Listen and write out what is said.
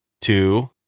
two